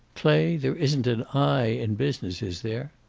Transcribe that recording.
clay, there isn't an i in business, is there?